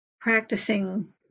practicing